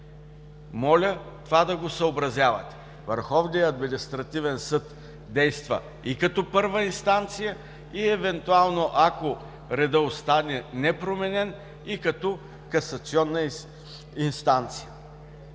Моля, това да го съобразявате! Върховният административен съд действа като първа инстанция и, евентуално, ако редът остане непроменен – и като касационна инстанция.